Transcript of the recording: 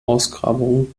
ausgrabungen